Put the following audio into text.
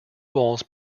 walls